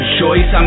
choice